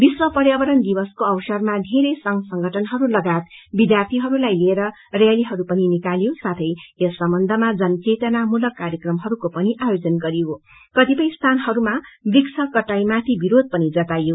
विश्व पर्यावरण दिवसको अवसरमा धेरै संघ संगठनहरू लगायत विध्यार्थीहरूलाई लिएर रेलीहरू पिन निकालियो साथै यस सम्बन्धमा जनचेतना मूलक कार्यक्रमहरूको पनि आयोजन गरियो कतिपय स्थनहरूमा वृक्ष कटाईमाथि विरोध पनि जनाइयो